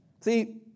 See